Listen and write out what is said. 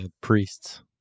priests